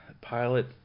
Pilot